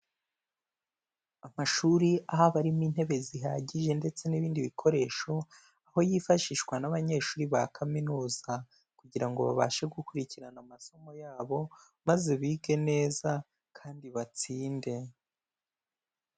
Amashuri aho aba arimo intebe zihagije ndetse n'ibindi bikoresho, aho yifashishwa n'abanyeshuri ba kaminuza kugira ngo babashe gukurikirana amasomo yabo, maze bige neza kandi batsinde.